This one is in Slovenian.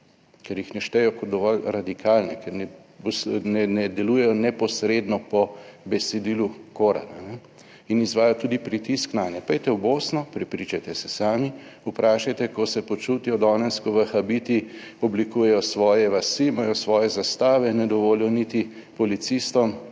ker jih ne štejejo kot dovolj radikalne, ker ne delujejo neposredno po besedilu Koran in izvajajo tudi pritisk nanje. Pojdite v Bosno, prepričajte se sami, vprašajte, ko se počutijo danes, ko vahabiti oblikujejo svoje vasi, imajo svoje zastave, ne dovolijo niti policistom